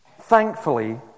Thankfully